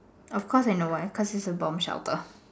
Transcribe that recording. of course I know why because it is a bomb shelter